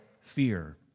fear